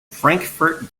frankfurt